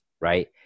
right